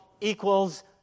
equals